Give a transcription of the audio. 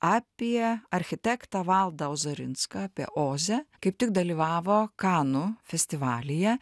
apie architektą valdą ozarinską apie ozę kaip tik dalyvavo kanų festivalyje